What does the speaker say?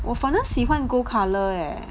我反而喜欢 gold colour eh